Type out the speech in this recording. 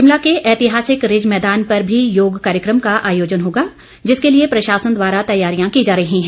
शिमला के ऐतिहासिक रिज मैदान पर भी योग कार्यक्रम का आयोजन होगा जिसके लिए प्रशासन द्वारा तैयारियां की जा रही हैं